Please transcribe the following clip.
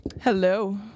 Hello